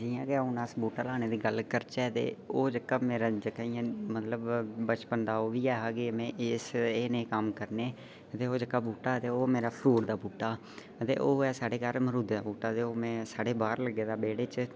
जियां के हुन अस बूह्टा लाने दी गल्ल करचै ते ओह् जेहका मेरा जेह्का इयां मतलब बचपन दा ओह् बी ऐ हा के मैं एसे ए नेह् कम्म करने ते ओह् जेह्का बूह्टा ऐ ते ओह् मेरा फ्रूट दा बूह्टा ते ओह् ऐ स्हाड़े घर मरूदें दा बूह्टा ते ओह् मैं स्हाड़े बाहर लग्गे दा बेह्ड़े च